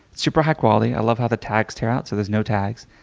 super high quality. i love how the tags tear out so there's no tags.